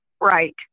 right